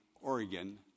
Oregon